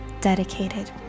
dedicated